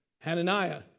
Hananiah